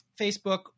Facebook